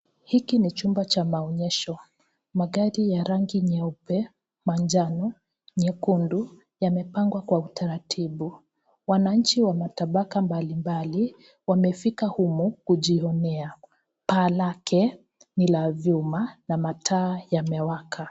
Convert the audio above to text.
Hiki ni chumba cha maonyesho. Magari ya rangi nyeupe, manjano, nyekundu yamepangwa kwa utaratibu. Wananchi wa matabaka mbalimbali wamefika humo kujionea. Paa lake ni la vyuma na mataa yameweka.